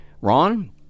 Ron